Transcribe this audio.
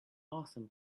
awesome